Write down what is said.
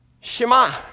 Shema